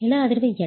நில அதிர்வு எடை